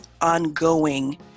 ongoing